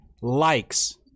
likes